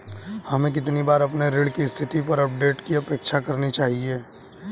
हमें कितनी बार अपने ऋण की स्थिति पर अपडेट की अपेक्षा करनी चाहिए?